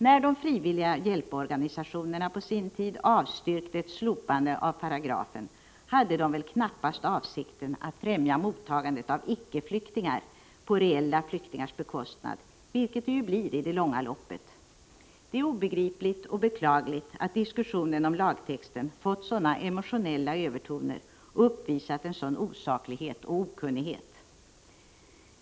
När de frivilliga hjälporganisationerna på sin tid avstyrkte ett slopande av den tvivelaktiga paragrafen hade de väl knappast avsikten att främja mottagandet av icke-flyktingar på reella flyktingars bekostnad — vilket det ju blir i det långa loppet. Det är obegripligt och beklagligt att diskussionen om lagtexten fått sådana emotionella övertoner och uppvisat sådan osaklighet och okunnighet.